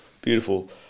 beautiful